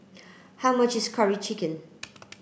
how much is curry chicken